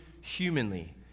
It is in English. humanly